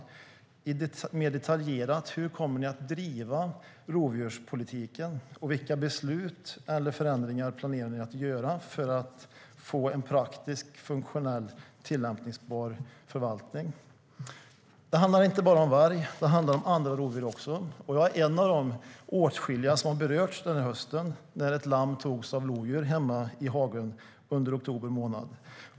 Mer detaljerat: Hur kommer ni att driva rovdjurspolitiken, och vilka beslut eller förändringar planerar ni för att få en praktisk, funktionell, tillämpbar förvaltning? Det handlar inte bara om varg utan också om andra rovdjur. Jag är en av de åtskilliga som har berörts under den här hösten, när ett lamm togs av lodjur hemma i hagen under oktober månad.